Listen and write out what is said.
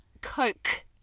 Coke